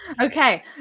okay